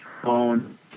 phone